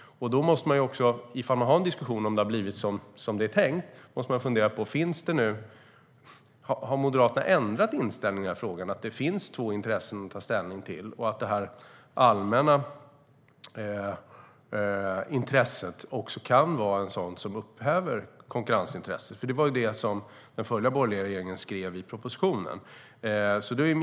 Då måste man också - om man diskuterar om det har blivit som det var tänkt - fundera på: Har Moderaterna ändrat inställning i frågan, att det finns två intressen att ta ställning till och att allmänna intressen kan vara något som upphäver konkurrensintresset? Det var ju det som den förra borgerliga regeringen skrev i propositionen.